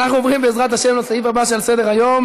אנחנו עוברים, בעזרת השם, לסעיף הבא שעל סדר-היום: